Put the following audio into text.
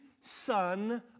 son